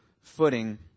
footing